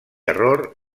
error